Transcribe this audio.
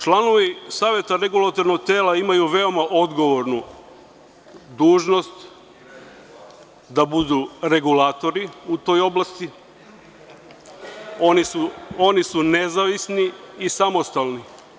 Članovi Saveta Regulatornog tela imaju veoma odgovornu dužnost – da budu regulatori u toj oblasti, oni su nezavisni i samostalni.